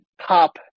top